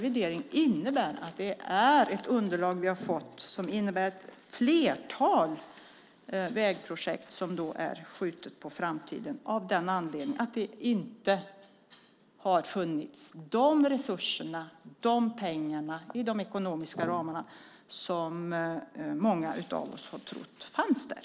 Vi har fått ett underlag som innebär att ett flertal vägprojekt är skjutna på framtiden av den anledningen att det inte har funnits de resurser i de ekonomiska ramarna som många av oss har trott fanns där.